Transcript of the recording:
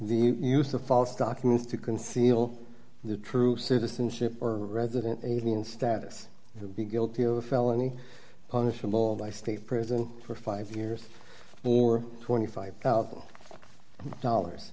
the use of false documents to conceal the truth citizenship or resident alien status would be guilty of a felony punishable by state prison for five years or twenty five thousand dollars